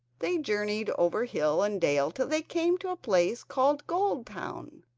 they journeyed over hill and dale till they came to a place called goldtown.